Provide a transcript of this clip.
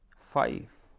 five,